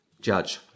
judge